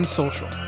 social